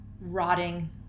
rotting